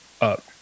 up